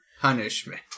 punishment